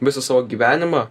visą savo gyvenimą